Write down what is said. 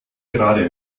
gerade